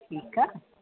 ठीकु आहे